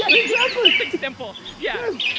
i yeah actually think simple yes.